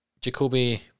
Jacoby